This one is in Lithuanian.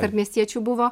tarp miestiečių buvo